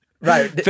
Right